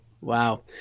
Wow